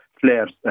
flares